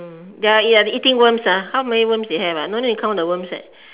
they are ya eating worms ah how many worms they have ah no need to count the worms ah